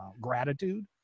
gratitude